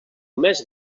més